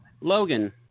Logan